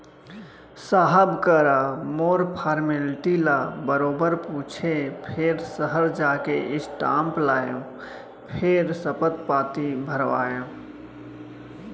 साहब करा मोर फारमेल्टी ल बरोबर पूछें फेर सहर जाके स्टांप लाएँ फेर सपथ पाती भरवाएंव